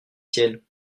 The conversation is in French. tiennes